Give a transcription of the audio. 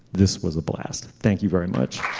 this was a blast. thank you very much